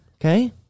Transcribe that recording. Okay